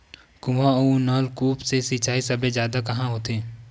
कुआं अउ नलकूप से सिंचाई सबले जादा कहां होथे?